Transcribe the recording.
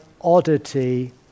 oddity